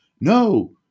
No